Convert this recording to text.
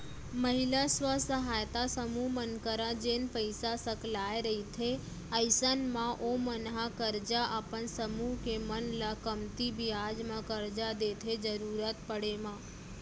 महिला स्व सहायता समूह मन करा जेन पइसा सकलाय रहिथे अइसन म ओमन ह करजा अपन समूह के मन ल कमती बियाज म करजा देथे जरुरत पड़े म